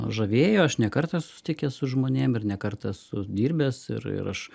žavėjo aš ne kartą susitikęs su žmonėm ir ne kartą esu dirbęs ir ir aš